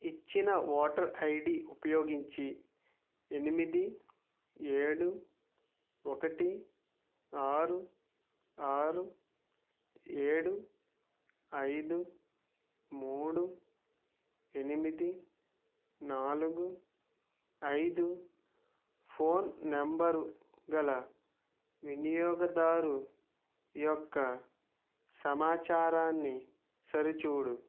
ఇచ్చిన voter ID ఉపయోగించి ఎనిమిది ఏడు ఒకటి ఆరు ఆరు ఏడు ఐదు మూడు ఎనిమిది నాలుగు ఐదు ఫోన్ నెంబరు గల వినియోగదారు యొక్క సమాచారాన్ని సరిచూడు